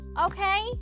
Okay